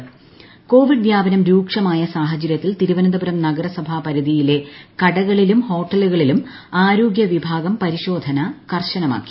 നഗരസഭ പരിശോധന കോവിഡ് വ്യാപനം രൂക്ഷമായ സ്ാഫ്ച്ര്യത്തിൽ തിരുവനന്തപുരം നഗരസഭ പരിധിയിലെ കടകളിലു് ഹോട്ടലുകളിലും ആരോഗ്യ വിഭാഗം പരിശോധന കർശ്നുമാക്കി